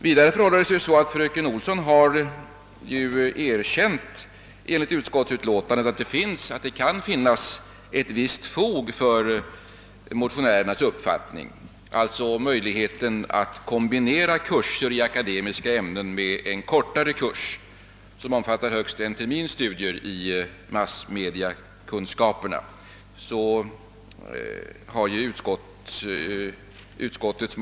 Vidare förhåller det sig så att fröken Olsson i och med att hon anslutit sig till utskottsmajoritetens skrivning har erkänt, att det kan finnas ett visst fog för motionärernas uppfattning att det »finns behov att få möjligheter att kombinera kurser i akademiska ämnen med en kortare kurs, omfattande högst en termins studier, i de mer elementära massmediakunskaperna».